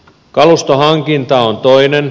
kalustohankinta on toinen